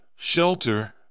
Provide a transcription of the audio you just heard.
Shelter